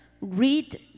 read